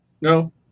no